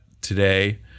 today